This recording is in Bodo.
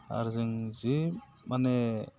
आरो जों जि माने